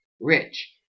Rich